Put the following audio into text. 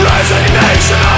Resignation